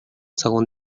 segon